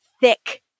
thick